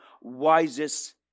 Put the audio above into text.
wisest